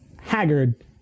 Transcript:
haggard